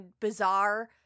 bizarre